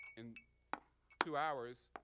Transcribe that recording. in two hours,